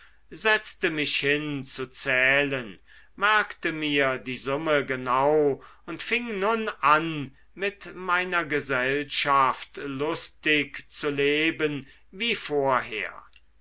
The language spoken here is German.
setzte mich hin zu zählen merkte mir die summe genau und fing nun an mit meiner gesellschaft lustig zu leben wie vorher